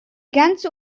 ganze